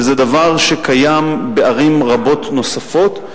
וזה דבר שקיים בערים רבות נוספות,